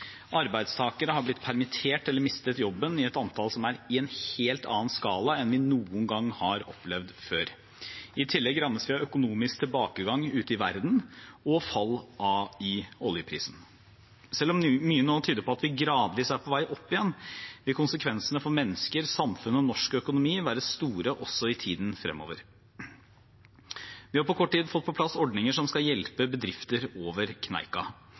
Arbeidstakere har blitt permittert eller mistet jobben i et antall som er i en helt annen skala enn vi noen gang har opplevd før. I tillegg rammes vi av økonomisk tilbakegang ute i verden og fall i oljeprisen. Selv om mye nå tyder på at vi gradvis er på vei opp igjen, vil konsekvensene for mennesker, samfunn og norsk økonomi være store også i tiden fremover. Vi har på kort tid fått på plass ordninger som skal hjelpe bedrifter over kneika,